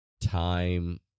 time